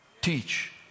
teach